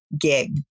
gig